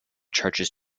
charges